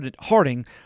Harding